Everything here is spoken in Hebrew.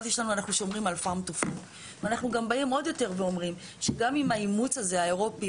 אנחנו באים ואומרים שגם אם האימוץ האירופי,